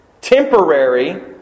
temporary